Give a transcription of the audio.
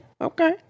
okay